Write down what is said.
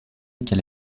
qu’elle